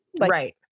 Right